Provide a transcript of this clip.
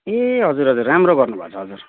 ए हजुर हजुर राम्रो गर्नुभएछ हजुर